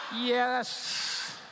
yes